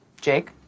Jake